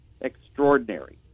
extraordinary